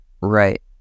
Right